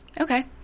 okay